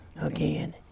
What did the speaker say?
again